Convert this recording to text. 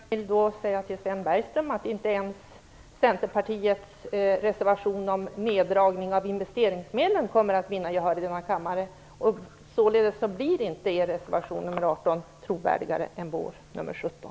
Fru talman! Jag vill säga till Sven Bergström att inte ens Centerpartiets reservation om neddragning av investeringsmedlen kommer att vinna gehör i denna kammare. Således blir inte er reservation nr 18 mer trovärdig än vår reservation nr 17.